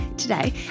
today